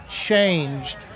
changed